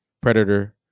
Predator